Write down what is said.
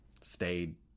stayed